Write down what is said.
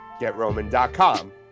GetRoman.com